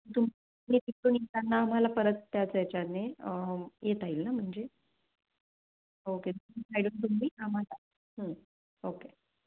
तुम्ही तिकडून येताना आम्हाला परत त्याच याच्याने येता येईल ना म्हणजे ओके साईडून तुम्ही आम्हाला हं ओके